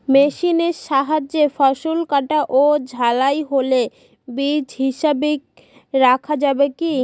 মেশিনের সাহায্যে ফসল কাটা ও ঝাড়াই হলে বীজ হিসাবে রাখা যাবে কি?